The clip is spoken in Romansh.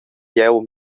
jeu